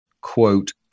quote